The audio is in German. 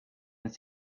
ins